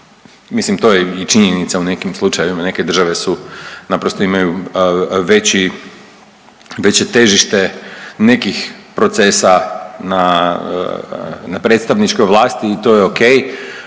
Mislim to je i činjenica. U nekim slučajevima neke države su, naprosto imaju veće težite nekih procesa na predstavničkoj vlasti i to je o.k.